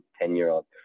ten-year-old